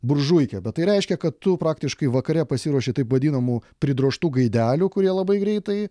buržuikę bet tai reiškia kad tu praktiškai vakare pasiruoši taip vadinamų pridrožtų gaidelių kurie labai greitai